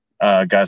guys